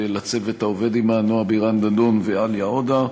לצוות העובד עמה נועה בירן-דדון ועאליה עודה,